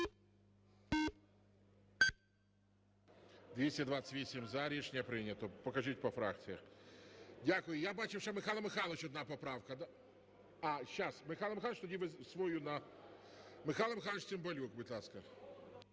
Дякую. Я бачив ще Михайло Михайлович одна поправка. А, сейчас, Михайло Михайлович, тоді ви свою… Михайло Михайлович Цимбалюк, будь ласка.